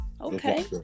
Okay